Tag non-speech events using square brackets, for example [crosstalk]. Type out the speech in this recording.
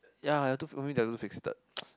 ya it took for me they are too fixed [noise]